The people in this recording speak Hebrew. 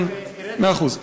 הראשון,